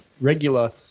regular